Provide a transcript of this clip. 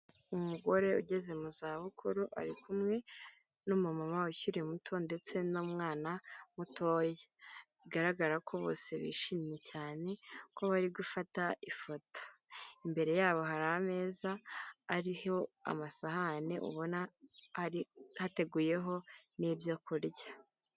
Umugore ugeze mu za bukuru ari kumwe n'umumama ukiri muto ndetse n'umwana mutoya bigaragara ko bose bishimye cyane ko bari gufata ifoto, imbere yabo hari ameza ariho amasahani ubona hateguyeho n'ibyo kurya.